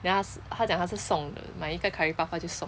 then 他是他讲是送的买一个 curry puff 他就送